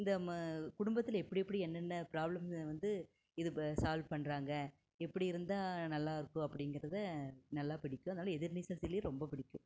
இந்த குடும்பத்தில் எப்படி எப்படி என்னன்ன ப்ராப்ளம் வந்து இது சால்வ் பண்ணுறாங்க எப்படி இருந்தால் நல்லாருக்கும் அப்படிங்கறத நல்லா பிடிக்கும் அதனால் எதிர் நீச்சல் சீரியல் ரொம்ப பிடிக்கும்